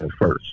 first